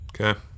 Okay